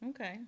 Okay